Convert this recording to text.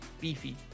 beefy